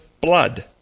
blood